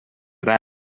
raig